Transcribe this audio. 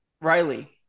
Riley